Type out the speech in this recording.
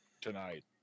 tonight